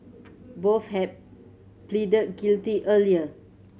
both had pleaded guilty earlier